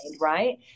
Right